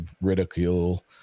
ridicule